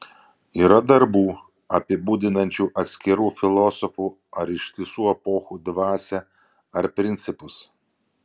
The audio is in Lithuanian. yra darbų apibūdinančių atskirų filosofų ar ištisų epochų dvasią ar principus